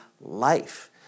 life